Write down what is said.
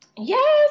Yes